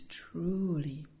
truly